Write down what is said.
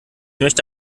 möchte